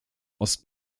ost